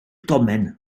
domen